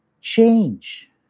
change